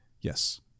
Yes